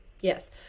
Yes